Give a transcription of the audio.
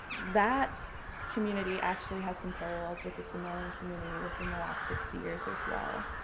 that community actually has some parallels with the samoan community within the last sixty years as well.